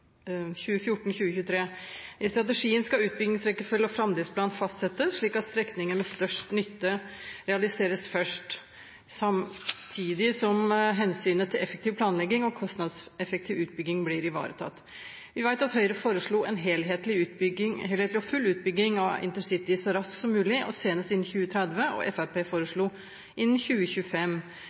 I strategien skal utbyggingsrekkefølge og framdriftsplan fastsettes slik at strekninger med størst nytte realiseres først, samtidig som hensynet til effektiv planlegging og kostnadseffektiv utbygging blir ivaretatt. Vi vet at Høyre foreslo full utbygging av intercity så raskt som mulig og senest innen 2030 – Fremskrittspartiet foreslo innen 2025.